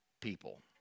people